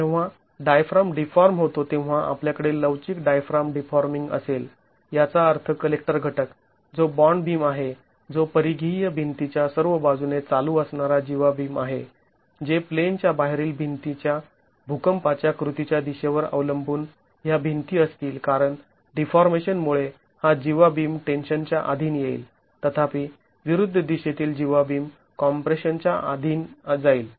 जेव्हा diaphragm deform होतो तेव्हा आपल्याकडे लवचिक डायफ्राम डिफॉर्मिंग असेल याचा अर्थ कलेक्टर घटक जो बॉंड बीम आहे जो परिघीय भिंती च्या सर्व बाजूने चालू असणारा जीवा बीम आहे जे प्लेनच्या बाहेरील भिंतींच्या भुकंपाच्या कृतीच्या दिशेवर अवलंबून ह्या भिंती असतील कारण डीफॉर्मेशन मुळे हा जीवा बीम टेन्शन च्या अधीन येईल तथापि विरुद्ध दिशेतील जीवा बीम कॉम्प्रेशन च्या अधीन जाईल